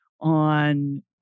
on